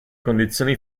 condizioni